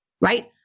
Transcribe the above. right